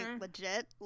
legit